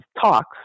talks